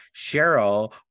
Cheryl